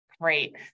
Great